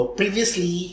previously